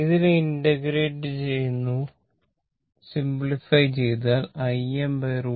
ഇതിനെ ഇന്റഗ്രേറ്റ് ചെയ്തു സിംപ്ലിഫൈ ചെയ്താൽ Im √2 0